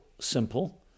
simple